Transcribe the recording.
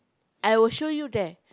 I will show you there